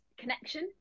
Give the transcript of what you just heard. connection